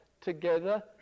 together